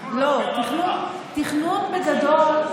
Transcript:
תכנון בגדול,